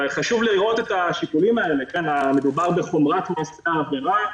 חשוב לי להראות את השיקולים האלה: מדובר בחומרת מעשה העבירה,